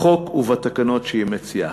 בחוק ובתקנות שהיא מציעה.